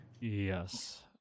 Yes